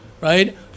Right